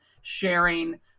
sharing